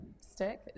stick